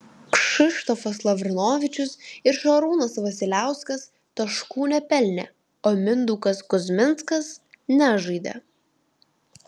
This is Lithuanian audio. kšištofas lavrinovičius ir šarūnas vasiliauskas taškų nepelnė o mindaugas kuzminskas nežaidė